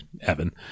Evan